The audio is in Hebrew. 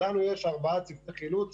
לנו יש ארבעה צוותי חילוץ,